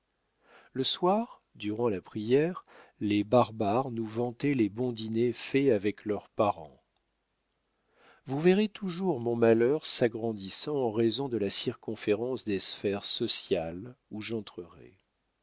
le soir durant la prière les barbares nous vantaient les bons dîners faits avec leurs parents vous verrez toujours mon malheur s'agrandissant en raison de la circonférence des sphères sociales où j'entrerai